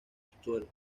subsuelo